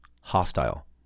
hostile